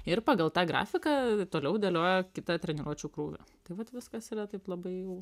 ir pagal tą grafiką toliau dėlioja kitą treniruočių krūvį tai vat viskas yra taip labai jau